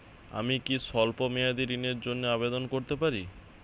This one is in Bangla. আমি কি স্বল্প মেয়াদি ঋণের জন্যে আবেদন করতে পারি?